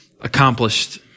accomplished